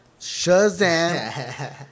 Shazam